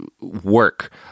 work